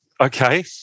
Okay